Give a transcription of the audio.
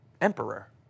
emperor